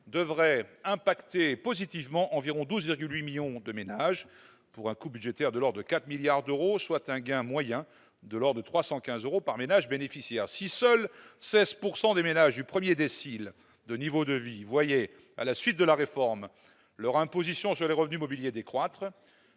devrait impacter positivement environ 12,8 millions de ménages pour un coût budgétaire de l'ordre de 4 milliards d'euros, soit un gain moyen de l'ordre de 315 euros par ménage bénéficiaire. Si seuls 16 % des ménages du premier décile de niveau de vie voyaient, à la suite de la réforme, leur imposition sur les revenus mobiliers décroître,